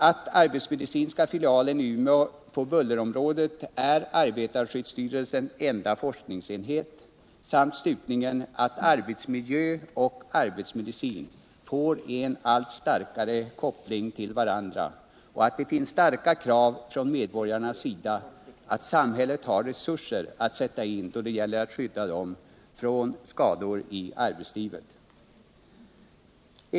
Arbetsmedicinska filialen i Umeå är på bullerområdet arbetarskyddsstyrelsens enda forskningsenhet. Arbetsmiljö och arbetsmedicin får en allt starkare koppling till varandra, och det finns starka krav från medborgarna på att samhället har resurser att sätta in då det gäller att skydda dem från skador i arbetslivet.